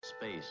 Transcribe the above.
Space